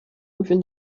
within